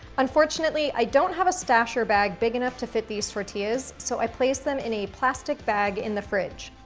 unfortunately, i don't have a stasher bag big enough to fit these tortillas, so i place them in a plastic bag in the fridge.